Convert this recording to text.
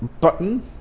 button